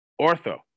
ortho